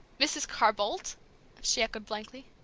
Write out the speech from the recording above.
mrs. carr-boldt! she echoed blankly.